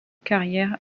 carrière